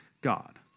God